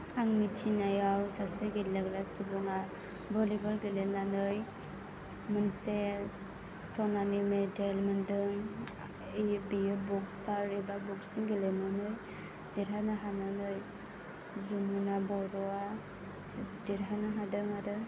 आं मिथिनायाव सासे गेलेग्रा सुबुङा भलीबल गेलेनानै मोनसे सनानि मेडेल मोन्दों बेयो बक्सार एबा बक्सिं गेलेनानै देरहानो हानानै जमुना बर'आ देरहानो हादों आरो